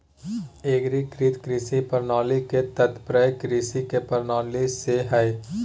एग्रीकृत कृषि प्रणाली के तात्पर्य कृषि के प्रणाली से हइ